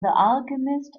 alchemist